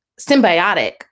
symbiotic